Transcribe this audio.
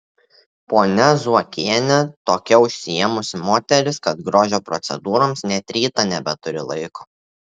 ponia zuokienė tokia užsiėmusi moteris kad grožio procedūroms net rytą nebeturi laiko